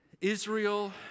Israel